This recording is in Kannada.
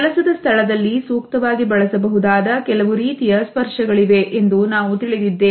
ಕೆಲಸದ ಸ್ಥಳದಲ್ಲಿ ಸೂಕ್ತವಾಗಿ ಬಳಸಬಹುದಾದ ಕೆಲವು ರೀತಿಯ ಸ್ಪರ್ಶಗಳಿವೆ ಎಂದು ನಾವು ತಿಳಿದಿದ್ದೇವೆ